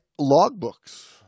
logbooks